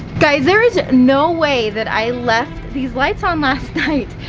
guys there is no way that i left these lights on last night.